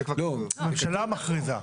הממשלה מכריזה.